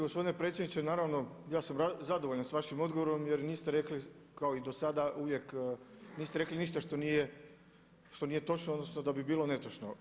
Gospodine predsjedniče, naravno ja sam zadovoljan sa vašim odgovorom jer niste rekli kao i do sada uvijek, niste rekli ništa što nije točno, odnosno da bi bilo netočno.